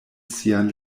sian